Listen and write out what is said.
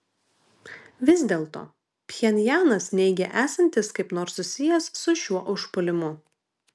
vis dėlto pchenjanas neigia esantis kaip nors susijęs su šiuo užpuolimu